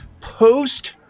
post